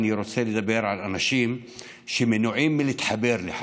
אני רוצה לדבר על אנשים שמנועים מלהתחבר לחשמל,